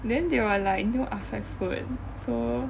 then they were like no outside food so